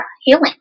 healing